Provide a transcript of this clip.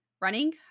running